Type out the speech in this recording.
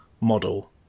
model